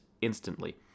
instantly